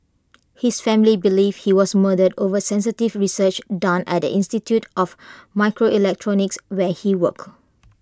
his family believe he was murdered over sensitive research done at institute of microelectronics where he worked